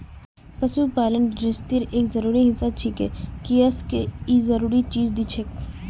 पशुपालन गिरहस्तीर एक जरूरी हिस्सा छिके किसअ के ई कई जरूरी चीज दिछेक